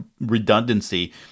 redundancy